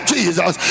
Jesus